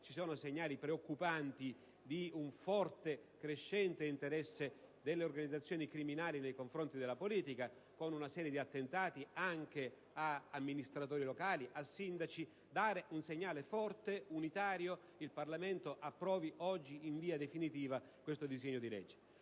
ci sono segni preoccupanti di un forte, crescente interesse delle organizzazioni criminali nei confronti della politica, con una serie di attentati anche ai danni di amministratori locali e sindaci. Riteniamo preferibile dare un segnale forte ed unitario: il Parlamento approvi oggi in via definitiva il disegno di legge